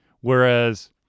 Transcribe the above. whereas